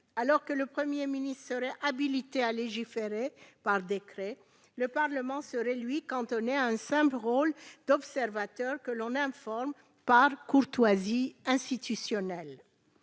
Alors que le Premier ministre serait habilité à légiférer par décret, le Parlement, lui, serait cantonné dans un rôle d'observateur, que l'on informe par courtoisie institutionnelle.